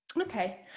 Okay